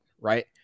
right